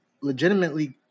legitimately